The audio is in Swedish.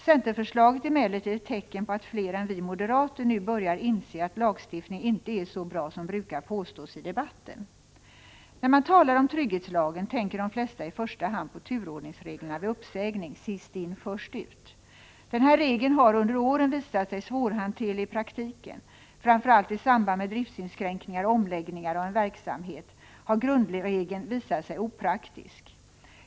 Centerförslaget är emellertid ett tecken på att fler än vi moderater nu börjar inse att lagstiftningen inte är så bra som det brukar påstås i debatten. När man talar om trygghetslagen tänker de flesta i första hand på turordningsreglerna vid uppsägning — sist in först ut. Den här regeln har under åren visat sig svårhanterlig i praktiken. Framför allt i samband med driftsinskränkningar och omläggningar av en verksamhet har grundregeln visat sig opraktisk.